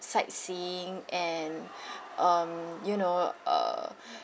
sightseeing and um you know uh